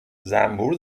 زنبور